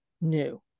new